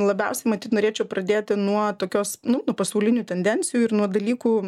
labiausiai matyt norėčiau pradėti nuo tokios nu nuo pasaulinių tendencijų ir nuo dalykų